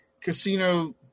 casino